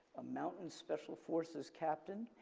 a mountain special forces captain,